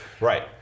Right